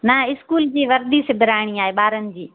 ना इस्कूल जी वर्दी सिबाइणी आहे ॿारनि जी